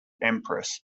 empress